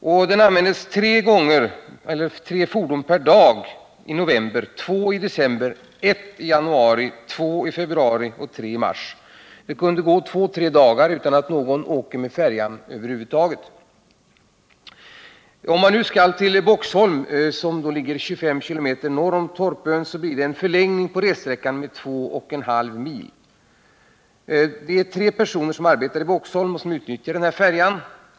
Färjan användes för tre fordon per dag i november, för två i december, för ett i januari, för två i februari och för tre i mars. Det kunde gå två eller tre dagar utan att någon åkte med färjan över huvud taget. Om man skall resa till Boxholm, som ligger 25 km norr om Torpön, blir det en förlängning av ressträckan med 2,5 mil. Det är tre personer på Torpön som arbetar i Boxholm och som utnyttjar färjan.